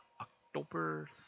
October